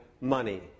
money